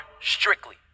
strictly